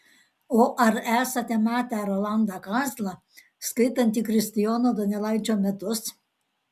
o ar esate matę rolandą kazlą skaitantį kristijono donelaičio metus